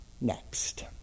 next